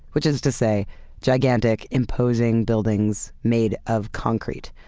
which is to say gigantic imposing buildings made of concrete.